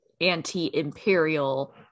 anti-Imperial